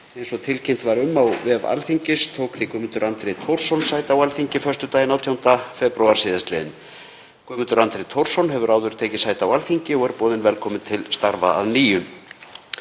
Eins og tilkynnt var um á vef Alþingis tók því Guðmundur Andri Thorsson sæti á Alþingi föstudaginn 18. febrúar síðastliðinn. Guðmundur Andri Thorsson hefur áður tekið sæti á Alþingi og er boðinn velkominn til starfa að nýju.